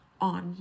on